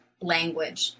language